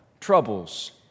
Troubles